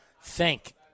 thank